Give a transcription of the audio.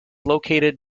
located